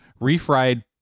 refried